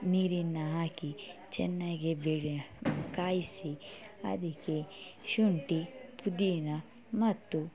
ನೀರನ್ನು ಹಾಕಿ ಚೆನ್ನಾಗಿ ಬೇರೆ ಕಾಯಿಸಿ ಅದಕ್ಕೆ ಶುಂಠಿ ಪುದೀನ ಮತ್ತು